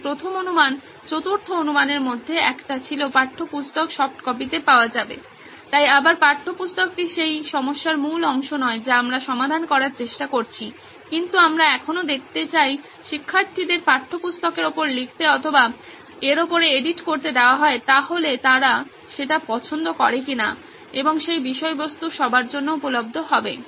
তাই প্রথম অনুমান চতুর্থ অনুমানের মধ্যে একটি ছিল পাঠ্যপুস্তক সফট কপিতে পাওয়া যাবে তাই আবার পাঠ্যপুস্তকটি সেই সমস্যার মূল অংশ নয় যা আমরা সমাধান করার চেষ্টা করছি কিন্তু আমরা এখনও দেখতে চাই শিক্ষার্থীদের পাঠ্যপুস্তকের ওপরে লিখতে অথবা এর ওপরে এডিট করতে দেওয়া হলে তারা সেটা পছন্দ করেন কি না এবং সেই বিষয়বস্তু সবার জন্য উপলব্ধ হবে